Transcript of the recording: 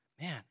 Man